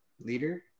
leader